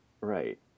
right